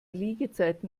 liegezeiten